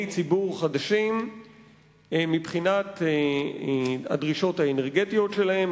ציבור חדשים מבחינת הדרישות האנרגטיות שלהם,